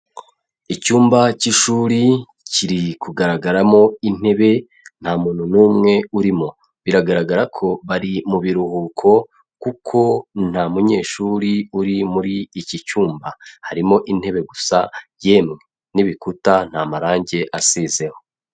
Icyumba cy'ishuri kiri kugaragaramo intebe nta muntu n'umwe urimo, biragaragara ko bari mu biruhuko kuko nta munyeshuri uri muri iki cyumba, harimo intebe gusa yemwe n'ibikuta nta marange asizeho.